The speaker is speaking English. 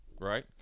right